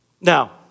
Now